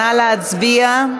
נא להצביע.